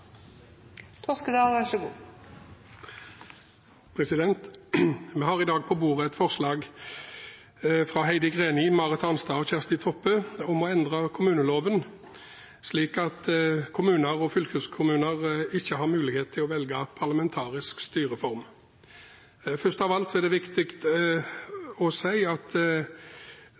Vi har i dag på bordet et forslag fra Heidi Greni, Marit Arnstad og Kjersti Toppe om å endre kommuneloven, slik at kommuner og fylkeskommuner ikke har mulighet til å velge parlamentarisk styreform. Først av alt er det viktig